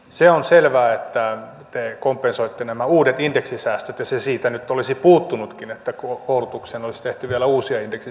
se on selvää että te kompensoitte nämä uudet indeksisäästöt ja se siitä nyt olisi puuttunutkin että koulutukseen olisi tehty vielä uusia indeksisäästöjä